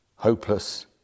Hopeless